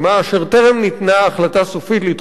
אשר טרם ניתנה החלטה סופית לדחות את